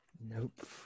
Nope